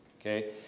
okay